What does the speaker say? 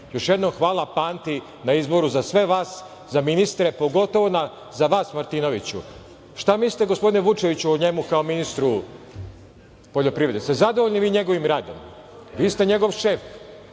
jednom hvala Panti na izboru za sve vas za ministre, pogotovo za vas, Martinoviću. Šta mislite, gospodine Vučeviću, o njemu kao ministru poljoprivrede? Jeste li zadovoljni vi njegovim radom? Vi ste njegov šef.